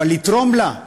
אבל לתרום לה.